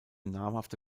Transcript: namhafte